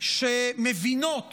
שמבינות